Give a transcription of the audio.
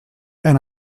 and